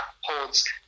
holds